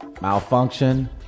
Malfunction